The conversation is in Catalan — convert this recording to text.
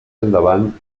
endavant